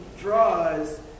draws